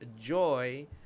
joy